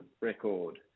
record